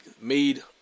made